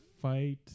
fight